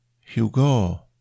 Hugo